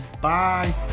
Bye